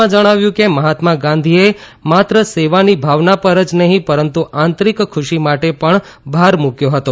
તેમણે વધુમાં જણાવ્યું કે મહાત્મા ગાંધીએ માત્ર સેવાની ભાવના પર જ નહીં પરંતુ આંતરિક ખુશી માટે પણ ભાર મૂકવો હતો